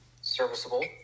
Serviceable